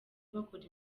bakora